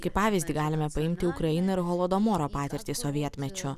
kaip pavyzdį galime paimti ukrainą ir golodomoro patirtį sovietmečiu